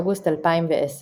מתוך הבלוג צ'ק אין אאוט.